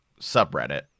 subreddit